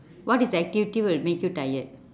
what is the activity will make you tired